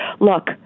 Look